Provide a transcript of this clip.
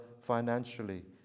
financially